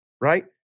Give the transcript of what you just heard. right